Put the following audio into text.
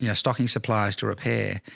you know stocking supplies to repair.